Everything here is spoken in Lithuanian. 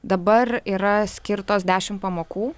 dabar yra skirtos dešimt pamokų